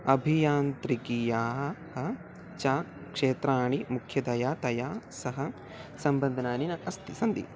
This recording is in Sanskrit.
अभियान्त्रिकीयाः च क्षेत्राणि मुख्यतया तया सह सम्बन्धानि न अस्ति सन्ति